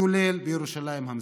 כולל בירושלים המזרחית.